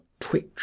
twitch